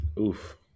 Oof